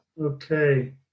Okay